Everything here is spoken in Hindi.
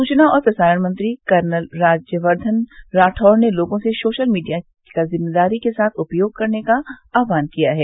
सुचना और प्रसारण मंत्री कर्नल राज्य वर्द्वन राठौड ने लोगों से सोशल मीडिया का जिम्मेदारी के साथ उपयोग करने का आहवान किया है